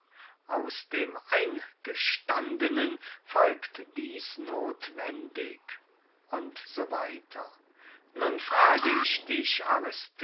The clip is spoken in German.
aus dem eingestandenen folgt dieß nothwendig u s w nun frage ich dich